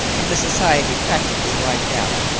and the society practically wiped out.